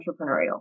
entrepreneurial